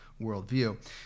worldview